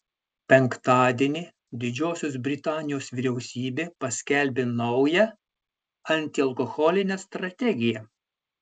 penktadienį didžiosios britanijos vyriausybė paskelbė naują antialkoholinę strategiją